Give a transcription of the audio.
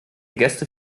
gäste